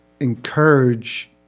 encourage